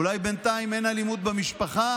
אולי בינתיים אין אלימות במשפחה?